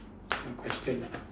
your question ah